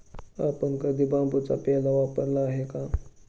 आपण कधी बांबूचा पेला वापरला आहे का?